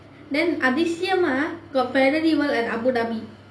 then அதிசயமா:adisayamaa got family work at abu dhabi